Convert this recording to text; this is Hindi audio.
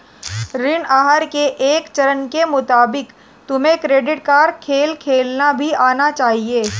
ऋण आहार के एक चरण के मुताबिक तुम्हें क्रेडिट कार्ड खेल खेलना भी आना चाहिए